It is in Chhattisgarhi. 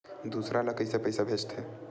दूसरा ला कइसे पईसा भेजथे?